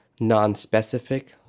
nonspecific